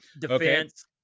defense